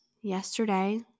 yesterday